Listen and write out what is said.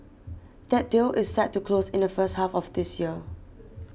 that deal is set to close in the first half of this year